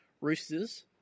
Roosters